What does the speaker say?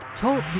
Talk